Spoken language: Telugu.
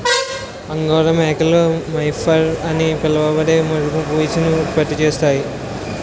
అంగోరా మేకలు మోహైర్ అని పిలువబడే మెరుపు పీచును ఉత్పత్తి చేస్తాయి